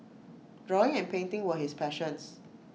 drawing and painting were his passions